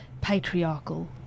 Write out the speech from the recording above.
patriarchal